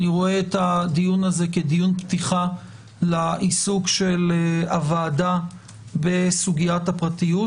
אני רואה את הדיון הזה כדיון פתיחה לעיסוק של הוועדה בסוגיית הפרטיות,